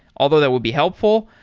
although that would be helpful,